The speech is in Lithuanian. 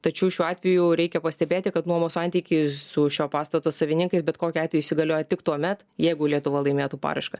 tačiau šiuo atveju reikia pastebėti kad nuomos santykiai su šio pastato savininkais bet kokiu atveju įsigalioja tik tuomet jeigu lietuva laimėtų paraišką